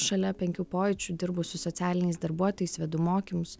šalia penkių pojūčių dirbu su socialiniais darbuotojais vedu mokymus